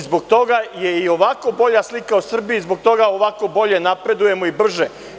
Zbog toga je i ovako bolja slika o Srbiji, zbog toga ovako bolje napredujemo i brže.